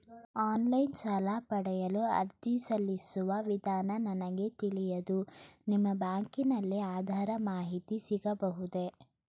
Online ಸಾಲ ಪಡೆಯಲು ಅರ್ಜಿ ಸಲ್ಲಿಸುವ ವಿಧಾನ ನನಗೆ ತಿಳಿಯದು ನಿಮ್ಮ ಬ್ಯಾಂಕಿನಲ್ಲಿ ಅದರ ಮಾಹಿತಿ ಸಿಗಬಹುದೇ?